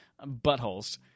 buttholes